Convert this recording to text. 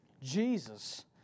Jesus